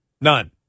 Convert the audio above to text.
none